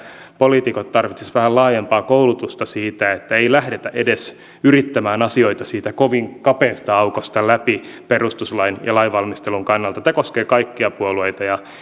poliitikot tarvitsisivat vähän laajempaa koulutusta siitä että ei lähdetä edes yrittämään asioita siitä kovin kapeasta aukosta läpi perustuslain ja lainvalmistelun kannalta tämä koskee kaikkia puolueita